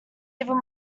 even